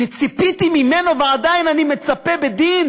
שציפיתי ממנו ועדיין אני מצפה בדין